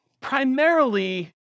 primarily